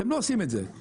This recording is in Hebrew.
אתם לא עושים את זה, למה?